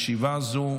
ישיבה זו